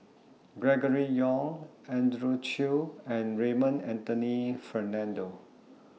Gregory Yong Andrew Chew and Raymond Anthony Fernando